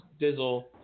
Dizzle